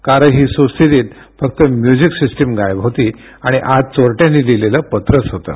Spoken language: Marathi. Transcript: कारही सुस्थितीत फक्त म्युझिक सिस्टिम गायब होती आणि आत चोरट्यानं लिहिलेलं पत्रच होतं